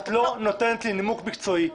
את לא נותנת לי נימוק מקצועי.